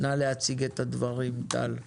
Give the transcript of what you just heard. נא להציג את הדברים טל.